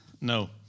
No